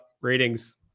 ratings